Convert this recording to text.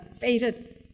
faded